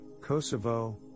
Kosovo